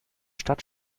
stadt